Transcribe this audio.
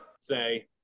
say